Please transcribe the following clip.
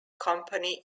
company